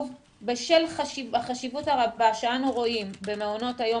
בשל החשיבות הרבה שאנו רואים במעונות היום